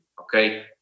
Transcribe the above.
Okay